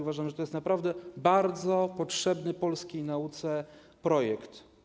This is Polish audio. Uważam, że to jest naprawdę bardzo potrzebny polskiej nauce projekt.